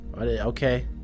Okay